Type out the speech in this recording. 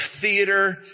theater